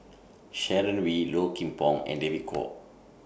Sharon Wee Low Kim Pong and David Kwo